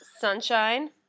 sunshine